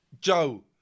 Joe